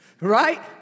Right